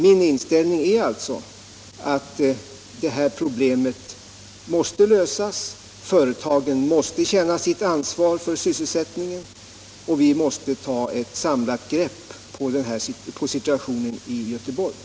Min inställning är alltså att detta problem måste lösas genom att företagen känner sitt ansvar för sysselsättningen och genom att vi tar ett samlat grepp om situationen i Göteborg.